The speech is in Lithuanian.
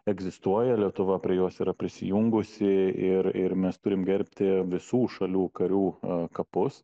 egzistuoja lietuva prie jos yra prisijungusi ir ir mes turim gerbti visų šalių karių kapus